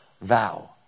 vow